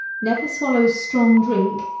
never swallows strong drink,